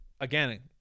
again